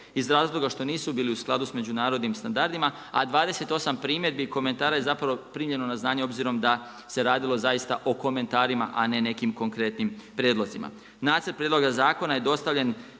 iz razloga što nisu bili u skladu s međunarodnim standardima, a 28 primjedbi i komentara je zapravo primljeno na znanje, obzirom da se radilo o komentarima a ne nekim konkretnim prijedlozima. Nacrt prijedloga zakona je dostavljen